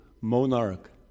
monarch